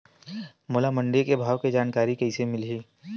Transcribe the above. मोला मंडी के भाव के जानकारी कइसे मिलही?